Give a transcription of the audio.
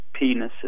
penises